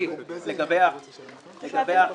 הרשימה לא